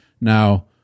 Now